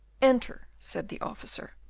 enter, said the officer.